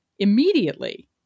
immediately